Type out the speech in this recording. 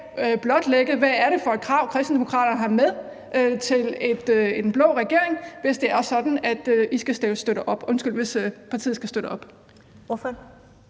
blotlægge, hvad det er for krav, Kristendemokraterne har med til en blå regering, hvis det er sådan, at partiet skal støtte op?